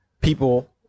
people